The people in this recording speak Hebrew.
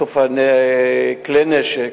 איסוף כלי נשק,